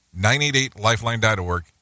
988lifeline.org